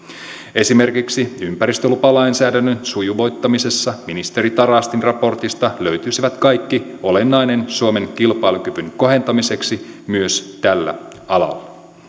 esimerkiksi ympäristölupalainsäädännön sujuvoittamisessa ministeri tarastin raportista löytyisi kaikki olennainen suomen kilpailukyvyn kohentamiseksi myös tällä alalla